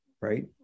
Right